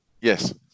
Yes